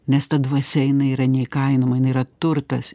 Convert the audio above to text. nes ta dvasia jinai yra neįkainojama jinai yra turtas